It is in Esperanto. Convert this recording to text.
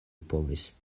povis